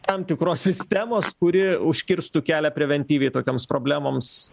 tam tikros sistemos kuri užkirstų kelią preventyviai tokioms problemoms